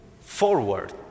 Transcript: forward